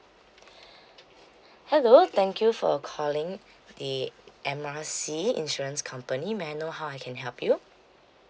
hello thank you for calling the M R C insurance company may I know how I can help you